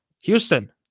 Houston